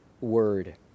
word